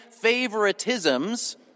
favoritism's